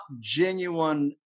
genuine